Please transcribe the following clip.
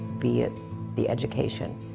be it the education.